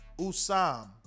Usam